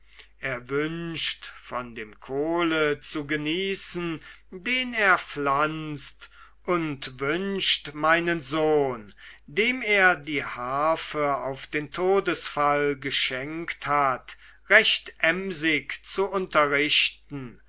wünscht von dem kohle zu genießen den er pflanzt und wünscht meinen sohn dem er die harfe auf den todesfall geschenkt hat recht emsig zu unterrichten